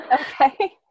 Okay